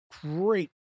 great